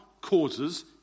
causes